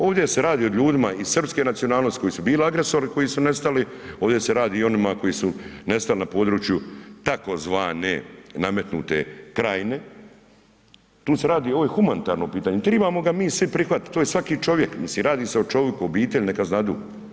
Ovdje se radi o ljudima i srpske nacionalnosti koji su bili agresori koji su nestali, ovdje se radi i o onima koji su nestali na području tzv. nametnute Krajine, tu se radi, ovo je humanitarno pitanje, trebamo ga mi svi prihvatiti, to je svaki čovjek, mislim radi se o čovjeku, obitelji neka znaju.